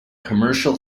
commercial